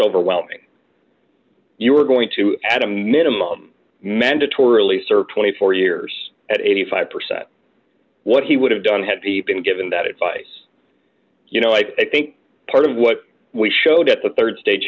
overwhelming you are going to add a minimum mandatory leaser twenty four years at eighty five percent what he would have done had he been given that it's vice you know i think part of what we showed at the rd stage